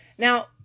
Now